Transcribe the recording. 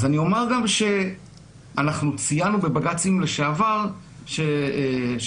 אני אומר גם שציינו בבג"צים לשעבר שהוגשו